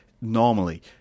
normally